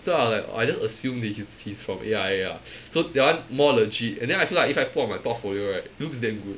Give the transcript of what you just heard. so I was like I just assume that he's he's from A_I_A ah so that one more legit and then I feel like if I put on my portfolio right looks damn good